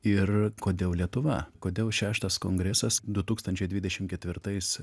ir kodėl lietuva kodėl šeštas kongresas du tūkstančiai dvidešimt ketvirtais